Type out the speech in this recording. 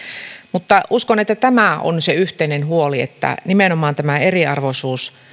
mutta uskon että tämä on se yhteinen huoli että nimenomaan tämä eriarvoisuus